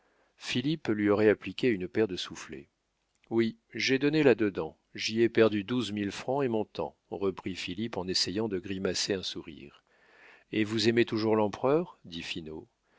philippe lui aurait appliqué une paire de soufflets oui j'ai donné là-dedans j'y ai perdu douze mille francs et mon temps reprit philippe en essayant de grimacer un sourire et vous aimez toujours l'empereur dit